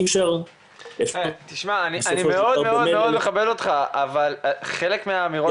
אני מאוד מכבד אותך אבל על חלק מהאמירות